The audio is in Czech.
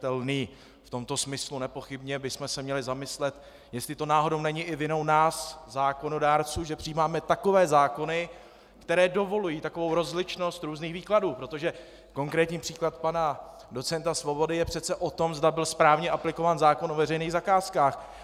V tomto smyslu nepochybně bychom se měli zamyslet, jestli to náhodou není i vinou nás zákonodárců, že přijímáme takové zákony, které dovolují takovou rozličnost různých výkladů, protože konkrétní příklad pana docenta Svobody je přece o tom, zda byl správně aplikován zákon o veřejných zakázkách.